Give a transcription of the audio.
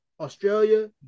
Australia